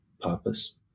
purpose